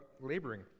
laboring